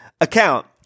account